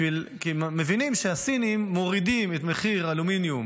כי הם מבינים שהסינים מורידים את מחיר האלומיניום